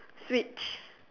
Switch